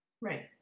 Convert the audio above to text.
right